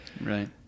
right